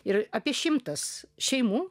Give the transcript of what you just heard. ir apie šimtas šeimų